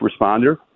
responder